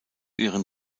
ihren